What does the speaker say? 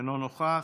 אינו נוכח.